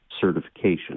certification